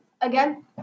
Again